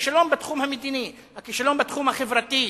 הכישלון בתחום המדיני, הכישלון בתחום החברתי,